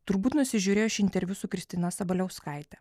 turbūt nusižiūrėjo šį interviu su kristina sabaliauskaite